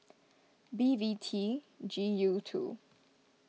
B V T G U two